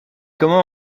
comment